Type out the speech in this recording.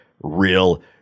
real